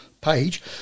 page